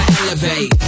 elevate